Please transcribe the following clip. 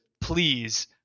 Please